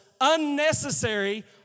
unnecessary